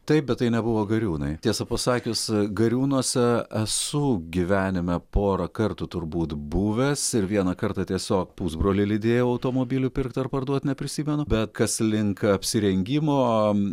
taip bet tai nebuvo gariūnai tiesą pasakius gariūnuose esu gyvenime porą kartų turbūt buvęs ir vieną kartą tiesiog pusbroliai lydėjo automobilį pirkt ar parduot neprisimenu bet kas link apsirengimo